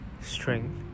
strength